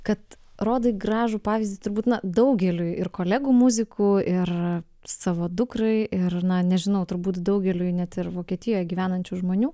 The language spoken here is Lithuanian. kad rodai gražų pavyzdį turbūt daugeliui ir kolegų muzikų ir savo dukrai ir na nežinau turbūt daugeliui net ir vokietijoj gyvenančių žmonių